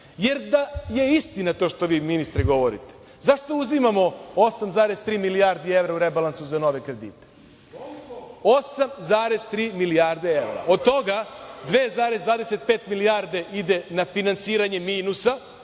Jer, da je istina to što vi, ministre, govorite, zašto uzimamo 8,3 milijardi evra u rebalansu za nove kredite? Dakle, 8,3 milijarde evra. Od toga 2,25 milijarde ide na finansiranje minusa.